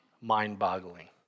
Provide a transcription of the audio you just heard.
mind-boggling